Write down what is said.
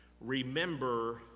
remember